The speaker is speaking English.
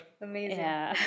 Amazing